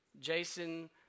Jason